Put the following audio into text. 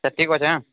ସଠିକ୍ କହୁଛେଁ